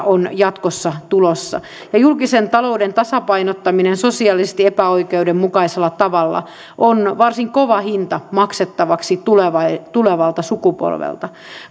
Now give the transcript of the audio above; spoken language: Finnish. on jatkossa tulossa julkisen talouden tasapainottaminen sosiaalisesti epäoikeudenmukaisella tavalla on varsin kova hinta maksettavaksi tulevalta sukupolvelta